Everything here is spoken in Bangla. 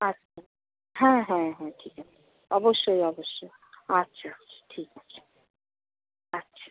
আচ্ছা হ্যাঁ হ্যাঁ হ্যাঁ ঠিক আছে অবশ্যই অবশ্যই আচ্ছা ঠিক আছে আচ্ছা